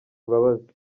imbabazi